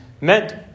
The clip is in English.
meant